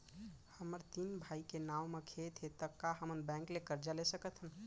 हमर तीन भाई के नाव म खेत हे त का हमन बैंक ले करजा ले सकथन?